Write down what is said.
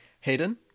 hayden